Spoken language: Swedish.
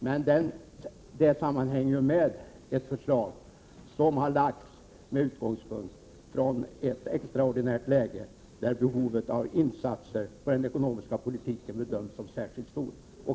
Det hänger samman med ett förslag som har lagts fram på grund av ett extraordinärt läge, där behovet av insatser på den ekonomiska politikens område bedöms som särskilt stort.